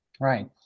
Right